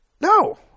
No